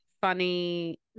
funny